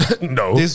No